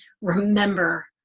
remember